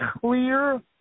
clear